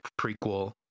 prequel